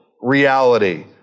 reality